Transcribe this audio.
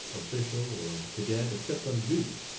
official, or cadet except on duty,